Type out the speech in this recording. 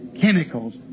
chemicals